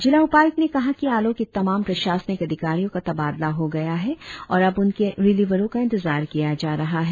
जिला उपायुक्त ने कहा कि आलो के तमाम प्रशासनिक अधिकारियों का तबादला हो गया है और अब उनके रिलीवरों का इंतजार किया जा रहा है